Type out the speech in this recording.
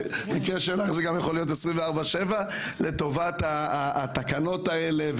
במקרה של מירב זה גם יכול להיות 24/7 לטובת התקנות האלה.